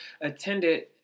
attended